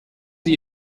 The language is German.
sie